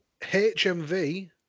HMV